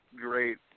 great